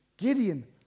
Gideon